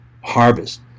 harvest